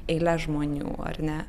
eiles žmonių ar ne